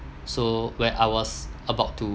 so when I was about to